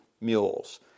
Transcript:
mules